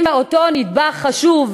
אם אותו נדבך חשוב,